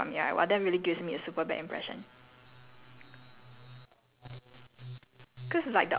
uh make assumptions about me like when they when they speak to me they try make assumptions about me right !wah! that really gives me a super bad impression